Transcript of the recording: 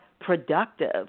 productive